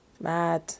Mad